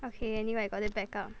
okay anyway I got it back up